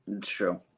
True